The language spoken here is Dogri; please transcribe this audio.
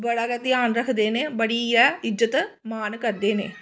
बड़ा गै ध्यान रखदे न बड़ी गै इज्जत मान करदे न